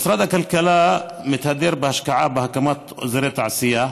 משרד הכלכלה מתהדר בהשקעה בהקמת אזורי תעשייה,